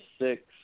six